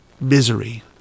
misery